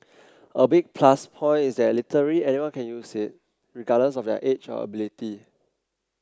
a big plus point is that literally anyone can use it regardless of their age or ability